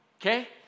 Okay